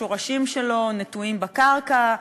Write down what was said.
השורשים שלו נטועים בקרקע,